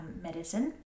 medicine